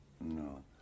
no